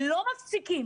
לא מפסיקים,